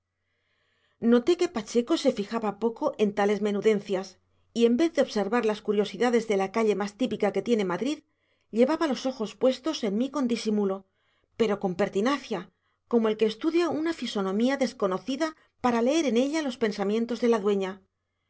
noté que pacheco se fijaba poco en tales menudencias y en vez de observar las curiosidades de la calle más típica que tiene madrid llevaba los ojos puestos en mí con disimulo pero con pertinacia como el que estudia una fisonomía desconocida para leer en ella los pensamientos de la dueña